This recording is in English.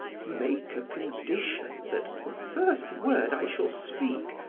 make a condition that the first word i shall speak,